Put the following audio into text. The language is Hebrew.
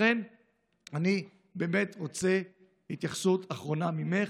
לכן אני באמת רוצה התייחסות אחרונה ממך: